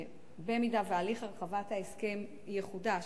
שבמידה שהליך הרחבת ההסכם יחודש,